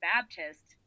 Baptist